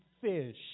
fish